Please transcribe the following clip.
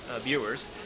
viewers